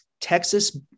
Texas